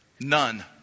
None